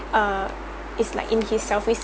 uh is like in his